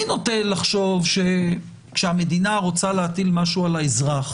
אני נוטה לחשוב שכשהמדינה רוצה להטיל משהו על האזרח